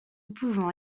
pouvant